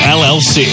llc